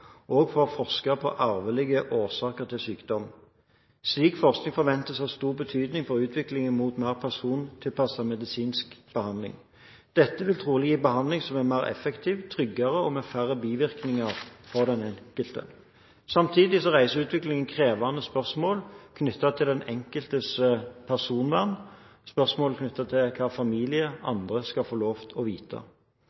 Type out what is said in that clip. og for å forske på arvelige årsaker til sykdom. Slik forskning forventes å ha stor betydning for utviklingen mot mer persontilpasset medisinsk behandling. Dette vil trolig gi behandling som er mer effektiv, tryggere og med færre bivirkninger for den enkelte. Samtidig reiser utviklingen krevende spørsmål knyttet til den enkeltes personvern – spørsmål knyttet til hva familie